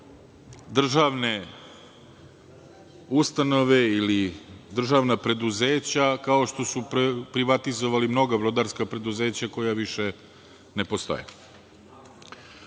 državne ustanove ili državna preduzeća, kao što su privatizovali mnoga brodarska preduzeća koja više ne postoje. Posebno